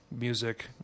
music